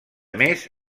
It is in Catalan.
més